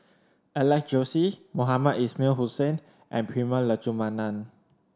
Alex Josey Mohamed Ismail Hussain and Prema Letchumanan